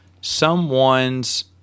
someone's